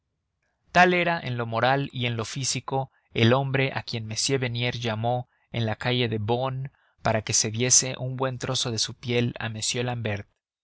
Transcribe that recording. tal era en lo moral y en lo físico el hombre a quien m bernier llamó en la calle de beaune para que cediese un buen trozo de su piel a m l'ambert